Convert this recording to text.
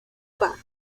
park